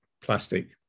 plastic